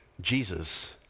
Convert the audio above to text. Jesus